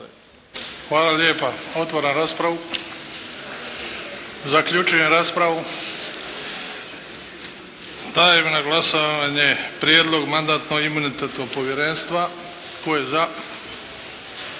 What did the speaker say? Hvala lijepa. Otvaram raspravu. Zaključujem raspravu. Dajem na glasovanje Odluku sukladno prijedlogu Mandatno-imunitetnog povjerenstva. Tko je za?